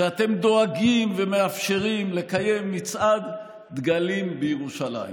שאתם דואגים ומאפשרים לקיים מצעד דגלים בירושלים.